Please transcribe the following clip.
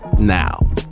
Now